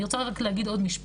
אני רק רוצה להגיד עוד משפט,